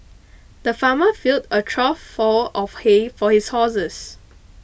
the farmer filled a trough full of hay for his horses